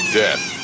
death